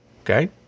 Okay